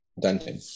Dante